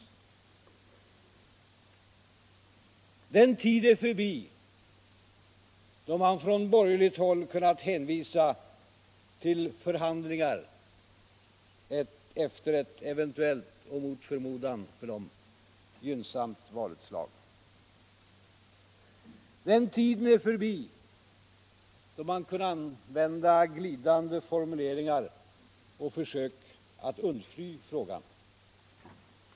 Den tid är förbi, då man på borgerligt håll kunnat hänvisa till förhandlingar efter ett eventuellt — mot förmodan — för dem gynnsamt valutslag. Den tiden är förbi då man kunde använda glidande formuleringar och försök att undfly frågan.